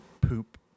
poop